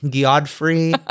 Godfrey